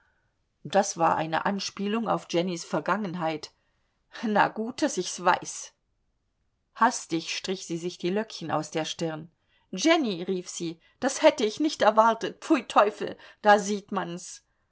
das war eine anspielung auf jennys vergangenheit na gut daß ich's weiß hastig strich sie sich die löckchen aus der stirn jenny rief sie das hätte ich nicht erwartet pfui teufel da sieht man's